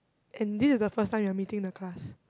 and this is the first time you're meeting the class